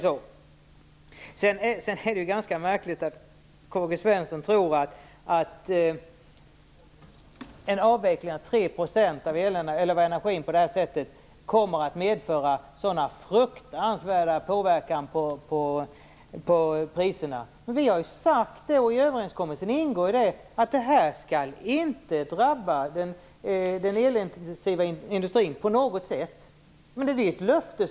Sedan är det ganska märkligt att Karl-Gösta Svenson tror att en avveckling av 3 % av energin på det här sättet kommer att medföra en sådan fruktansvärd påverkan på priserna. Men vi har ju sagt att det här inte på något sätt skall drabba den elintensiva industrin. Det ingår i överenskommelsen.